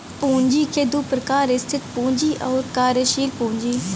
पूँजी क दू प्रकार स्थिर पूँजी आउर कार्यशील पूँजी